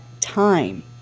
time